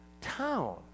town